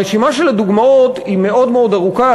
הרשימה של הדוגמאות היא מאוד מאוד ארוכה,